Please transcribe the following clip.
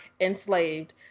enslaved